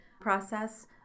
process